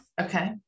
Okay